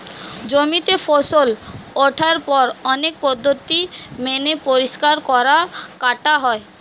জমিতে ফসল ওঠার পর অনেক পদ্ধতি মেনে পরিষ্কার করা, কাটা হয়